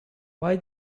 why